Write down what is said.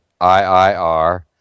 IIR